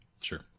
Sure